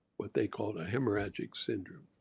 what they call it a hemorrhagic syndrome.